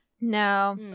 No